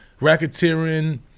racketeering